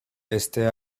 este